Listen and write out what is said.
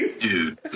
Dude